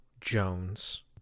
Jones